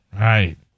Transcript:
right